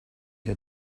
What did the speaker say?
had